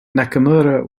nakamura